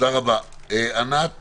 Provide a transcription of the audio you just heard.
ענת